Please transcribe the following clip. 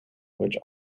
which